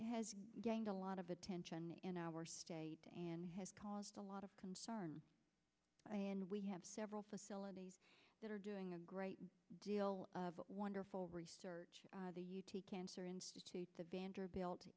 gained a lot of attention in our state and has caused a lot of concern and we have several facilities that are doing a great deal of wonderful research cancer institute to vanderbilt